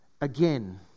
again